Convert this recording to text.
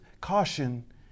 caution